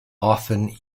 often